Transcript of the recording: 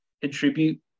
contribute